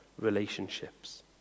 relationships